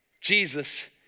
Jesus